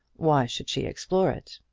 why should she explore it?